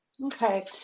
Okay